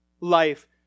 life